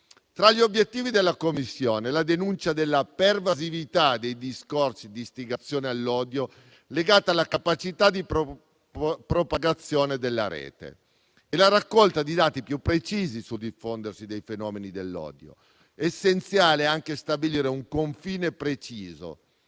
Tra gli obiettivi della Commissione vi è la denuncia della pervasività dei discorsi di istigazione all'odio legata alla capacità di propagazione della rete così come la raccolta di dati più precisi sul diffondersi dei fenomeni dell'odio. Essenziale sarà anche stabilire un confine preciso